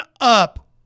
up